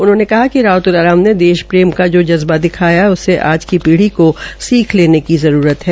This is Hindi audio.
उन्होंने कहा कि राव तुलाराम ने देश प्रेम का जो जज्बा दिखाया उससे आज की पीढ़ी को सीख लेने की जरूरत है